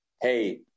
hey